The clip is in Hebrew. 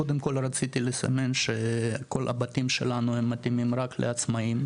קודם כל רציתי לציין שכל הבתים שלנו הם מתאימים רק לעצמאיים,